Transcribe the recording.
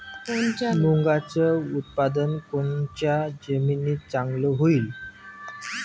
मुंगाचं उत्पादन कोनच्या जमीनीत चांगलं होईन?